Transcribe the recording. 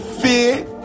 fear